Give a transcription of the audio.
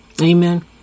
Amen